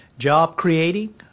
job-creating